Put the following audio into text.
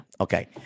Okay